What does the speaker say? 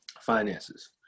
finances